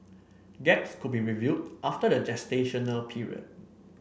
gaps could be reviewed after the gestational period